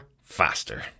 Faster